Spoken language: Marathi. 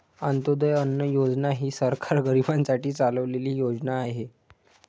अंत्योदय अन्न योजना ही सरकार गरीबांसाठी चालवलेली योजना आहे